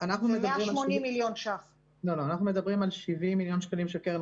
אנחנו מדברים על 70 מיליון שקלים של קרן